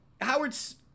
Howard's